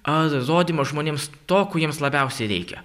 ar rodymas žmonėms to ko jiems labiausiai reikia